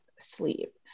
sleep